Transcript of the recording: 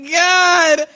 god